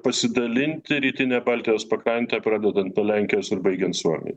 pasidalinti rytinę baltijos pakrantę pradedant nuo lenkijos ir baigiant suomiai